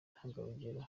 intangarugero